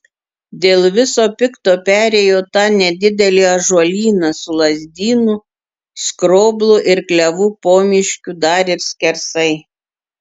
dėl viso pikto perėjo tą nedidelį ąžuolyną su lazdynų skroblų ir klevų pomiškiu dar ir skersai